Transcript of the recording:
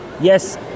Yes